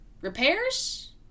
Repairs